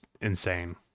insane